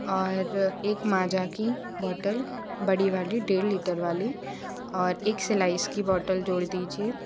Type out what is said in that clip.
और एक माजा की बोटल बड़ी वाली डेढ़ लीटर वाली और एक स्लाइस की बोटल जोड़ दीजिए